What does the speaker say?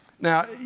Now